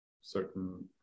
certain